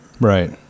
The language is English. Right